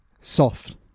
soft